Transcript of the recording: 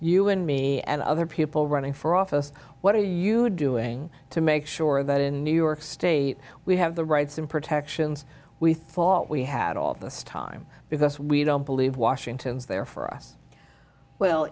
you and me and other people running for office what are you doing to make sure that in new york state we have the rights and protections we thought we had all this time because we don't believe washington's there for us well